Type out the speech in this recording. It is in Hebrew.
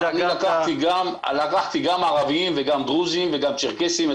אני לקחתי גם ערביים וגם דרוזים וגם צ'רקסים,